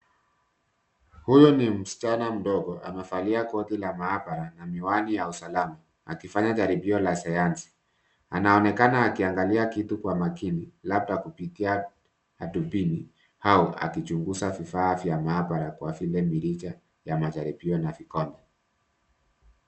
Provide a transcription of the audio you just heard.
Huyu ni msuchana mdogo, amevalia koti la maabara na miwani ya usalama akifanya jaribio la sayansi. anaonekana akiangalia kitu ka makini labda kupitia hadubini au akichunguza vifaa vya maabara kwa vile mirija ya majaribio na vikombe.